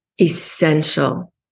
essential